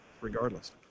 regardless